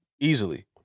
Easily